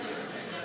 תודה.